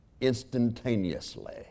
Instantaneously